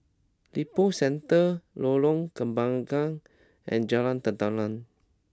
Lippo Centre Lorong Kembagan and Jalan Tenteram